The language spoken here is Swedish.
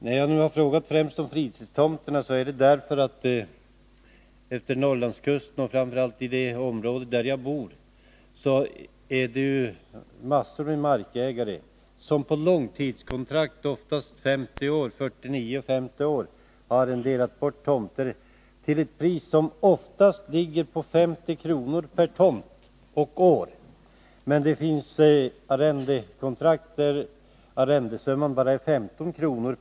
Att jag främst frågat om fritidstomterna beror på att det utefter Norrlandskusten — framför allt i det område där jag bor — finns väldigt många markägare som på långtidskontrakt, oftast 49-50 år, har arrenderat bort tomter till ett pris som vanligen ligger på 50 kr. per tomt och år. Men det finns även arrendekontrakt där summan bara är 15 kr.